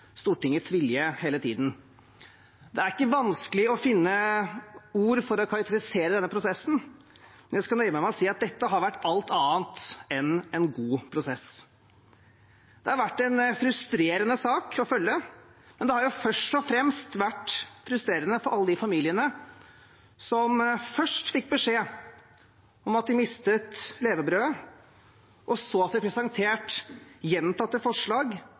Stortingets vilje hele tiden. Det er ikke vanskelig å finne ord for å karakterisere denne prosessen, men jeg skal nøye meg med å si at dette har vært alt annet enn en god prosess. Det har vært en frustrerende sak å følge, men den har først og fremst vært frustrerende for alle de familiene som først fikk beskjed om at de mistet levebrødet, og så fikk presentert gjentatte forslag